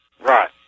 Right